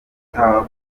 utakumva